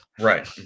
Right